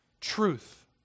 Truth